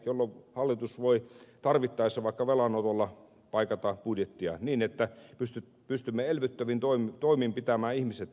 tällöin hallitus voi tarvittaessa vaikka velanotolla paikata budjettia niin että pystymme elvyttävin toimin pitämään ihmiset töissä